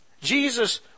Jesus